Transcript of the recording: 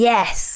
Yes